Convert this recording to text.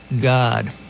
God